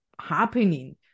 happening